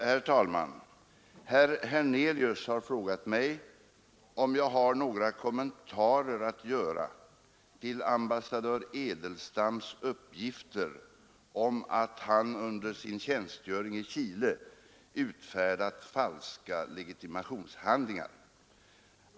Herr talman! Herr Hernelius har frågat mig om jag har några kommentarer att göra till ambassadör Edelstams uppgifter om att han under sin tjänstgöring i Chile utfärdat falska legitimationshandlingar.